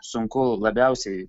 sunku labiausiai